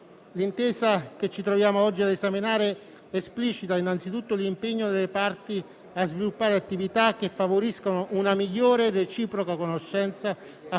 L'intesa che ci troviamo oggi ad esaminare esplicita innanzitutto l'impegno delle parti a sviluppare attività che favoriscano una migliore e reciproca conoscenza, a